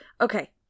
Okay